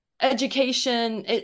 education